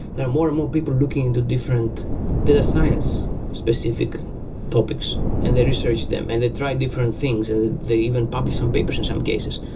there are more and more people looking into different data science specific topics and they research them and they try different things and they publish some papers in some cases.